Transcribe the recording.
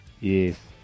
Yes